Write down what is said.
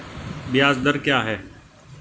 ब्याज दर क्या है?